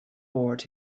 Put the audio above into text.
board